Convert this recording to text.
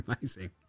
Amazing